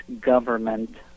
government